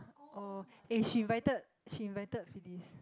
oh eh she invited she invited Phyllis